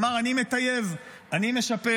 אמר, אני מטייב, אני משפר.